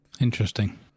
Interesting